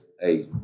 hey